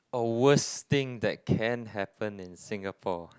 or worst thing that can happen in Singapore